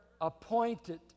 appointed